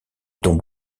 tombe